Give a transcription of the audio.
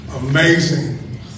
amazing